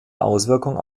auswirkungen